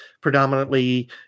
predominantly